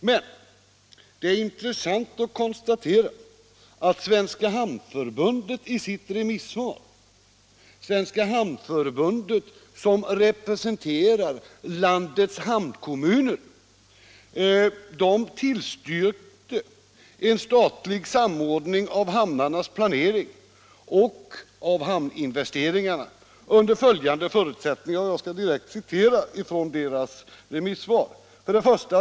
Men det är intressant att konstatera att Svenska hamnförbundet, som representerar landets hamnkommuner, i sitt remissvar tillstyrkte en statlig samordning av hamnarnas planering och hamninvesteringarna under följande förutsättningar — jag citerar nu direkt Hamnförbundets remissvar: ”1.